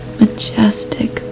majestic